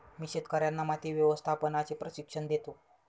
मी शेतकर्यांना माती व्यवस्थापनाचे प्रशिक्षण देतो